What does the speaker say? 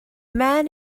man